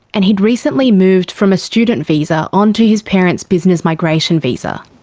and he'd recently moved from a student visa onto his parents' business migration visa.